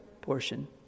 portion